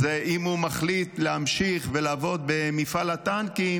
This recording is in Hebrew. אז אם הוא מחליט להמשיך ולעבוד במפעל הטנקים,